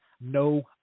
no